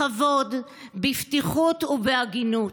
בכבוד, בפתיחות ובהגינות.